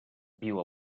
viu